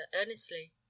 earnestly